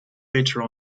feature